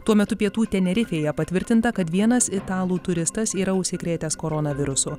tuo metu pietų tenerifėje patvirtinta kad vienas italų turistas yra užsikrėtęs koronavirusu